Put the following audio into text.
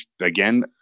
again